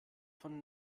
von